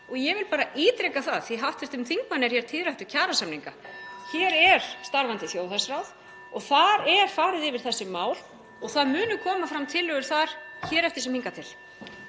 Og ég vil bara ítreka það, af því að hv. þingmanni verður tíðrætt um kjarasamninga: Hér er starfandi þjóðhagsráð og þar er farið yfir þessi mál og það munu koma fram tillögur þar, hér eftir sem hingað til.